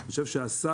אני חושב שהשר